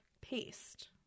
paste